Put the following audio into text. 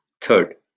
Third